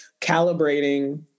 calibrating